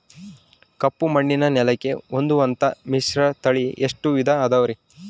ಕಪ್ಪುಮಣ್ಣಿನ ನೆಲಕ್ಕೆ ಹೊಂದುವಂಥ ಮಿಶ್ರತಳಿ ಎಷ್ಟು ವಿಧ ಅದವರಿ?